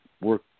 work